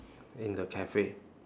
in the cafe